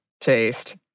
taste